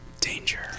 Danger